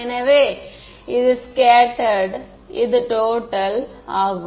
எனவே இது ஸ்கேட்டெர்டு இது டோட்டல் ஆகும்